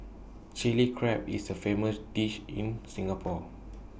Chilli Crab is A famous dish in Singapore